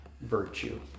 virtue